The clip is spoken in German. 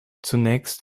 zunächst